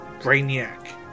Brainiac